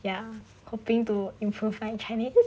ya hoping to improve my chinese